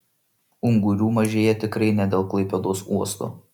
ungurių mažėja tikrai ne dėl klaipėdos uosto